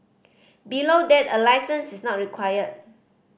below that a licence is not required